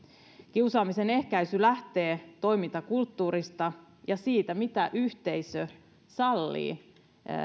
kiusaamisen ehkäisy lähtee toimintakulttuurista ja siitä mitä yhteisö sallii